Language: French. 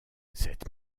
cette